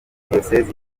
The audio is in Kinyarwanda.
diyosezi